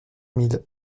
mille